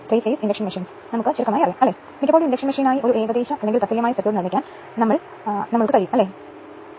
100 KVA 442220 volt single phase 50 hertz core type ട്രാൻസ്ഫോർമറിന് 0